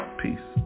peace